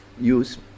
use